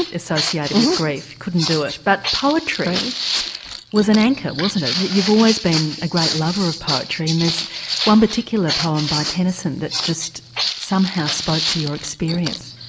associated with grief couldn't do it. but poetry was an anchor wasn't it, you've always been a great lover of poetry and there's one particular poem by tennyson that just somehow spoke to your experience.